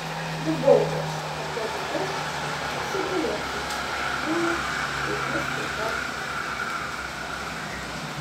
nubaudęs apgavikus pasigailėti nuskriaustųjų jau jis taip pat neskuba